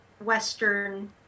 Western